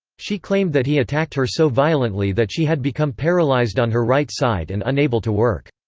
she claimed that he attacked her so violently that she had become paralyzed on her right side and unable to work.